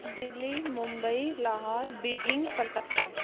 Delhi Mumbai Lahore Beijing Calcutta